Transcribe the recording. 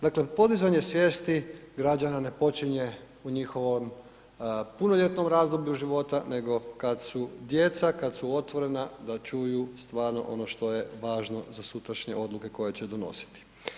Dakle, podizanje svijesti građana ne počinje u njihovom punoljetnom razvoju život nego kad su djeca, kad su otvorena da čuju stvarno ono što je važno za sutrašnje odluke koje će donositi.